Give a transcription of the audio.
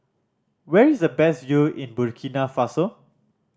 where is the best view in Burkina Faso